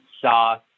sauce